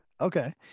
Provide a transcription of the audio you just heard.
Okay